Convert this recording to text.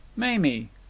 mamie!